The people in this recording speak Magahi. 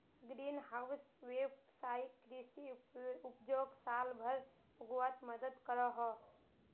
ग्रीन हाउस वैवसायिक कृषि उपजोक साल भर उग्वात मदद करोह